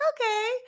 Okay